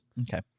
Okay